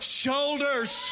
shoulders